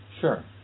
Sure